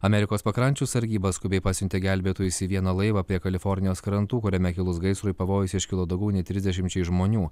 amerikos pakrančių sargyba skubiai pasiuntė gelbėtojus į vieną laivą prie kalifornijos krantų kuriame kilus gaisrui pavojus iškilo daugiau nei trisdešimčiai žmonių